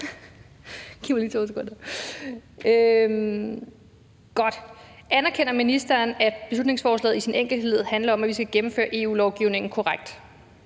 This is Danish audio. Anerkender ministeren, at beslutningsforslaget i sin enkelhed handler om, at vi skal gennemføre EU-lovgivningen korrekt?